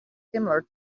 similar